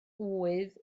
ŵydd